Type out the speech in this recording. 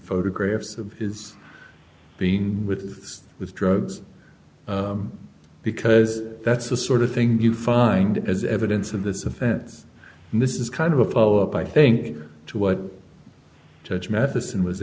photographs of is being with with drugs because that's the sort of thing you find as evidence of this offense and this is kind of a follow up i think to what judge mathis in was